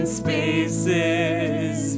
spaces